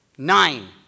Nine